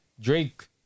Drake